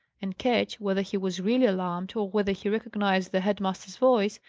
and ketch, whether he was really alarmed, or whether he recognized the head-master's voice,